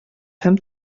һәм